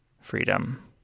freedom